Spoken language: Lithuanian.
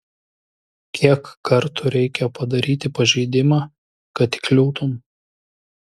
kiek kartų reikia padaryti pažeidimą kad įkliūtum